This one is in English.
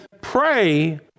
pray